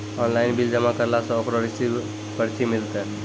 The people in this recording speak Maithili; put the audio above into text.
ऑनलाइन बिल जमा करला से ओकरौ रिसीव पर्ची मिलतै?